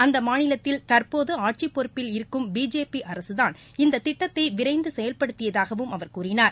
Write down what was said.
அந்த மாநிலத்தில் தற்போது ஆட்சி பொறப்பில் இருக்கும் பிஜேபி அரக தான் இந்த திட்டத்தை விரைந்து செயல்படுத்தியதாகவும் அவர் கூறினார்